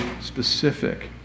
specific